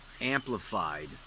amplified